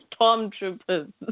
stormtroopers